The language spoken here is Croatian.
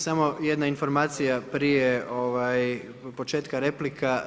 Samo jedna informacija prije početka replika.